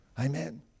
Amen